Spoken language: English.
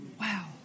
Wow